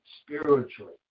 spiritually